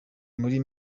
muri